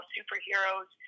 Superheroes